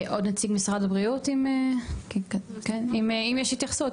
עוד נציג משרד הבריאות, אם יש התייחסות.